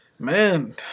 Man